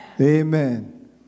Amen